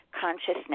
consciousness